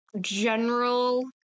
general